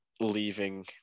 leaving